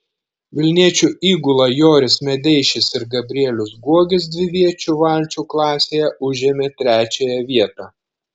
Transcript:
vilniečių įgula joris medeišis ir gabrielius guogis dviviečių valčių klasėje užėmė trečiąją vietą